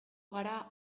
gara